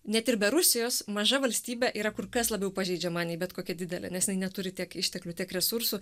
net ir be rusijos maža valstybė yra kur kas labiau pažeidžiama nei bet kokia didelė nes jinai neturi tiek išteklių tiek resursų